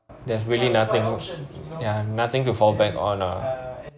there's really nothing ya nothing to fall back on ah